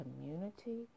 community